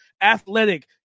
athletic